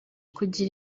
kugira